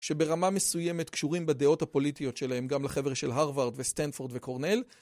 שברמה מסוימת קשורים בדעות הפוליטיות שלהם, גם לחבר של הרווארד וסטנפורד וקורנל.